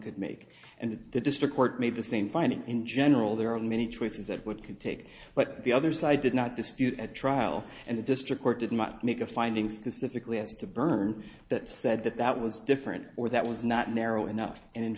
could make and the district court made the same finding in general there are many choices that would could take but the other side did not dispute at trial and the district court didn't much make a finding specifically as to burn that said that that was different or that was not narrow enough and in